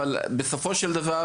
אבל בסופו של דבר